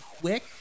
quick